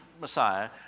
Messiah